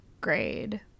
grade